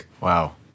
Wow